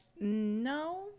no